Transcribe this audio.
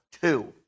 two